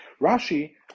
Rashi